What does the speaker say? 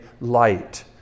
light